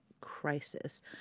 crisis